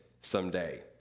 someday